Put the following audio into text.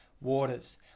waters